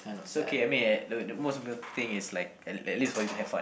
it's okay I mean the the most important thing is like at at least for you to have fun